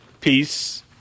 peace